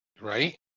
right